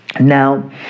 Now